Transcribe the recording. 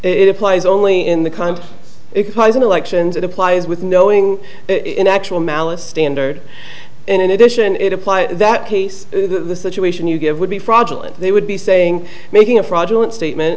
it applies only in the kind it has an election that applies with knowing in actual malice standard and in addition it apply in that case the situation you give would be fraudulent they would be saying making a fraudulent statement